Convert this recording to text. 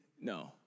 no